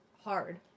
hard